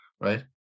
right